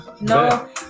no